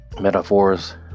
metaphors